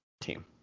team